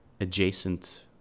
adjacent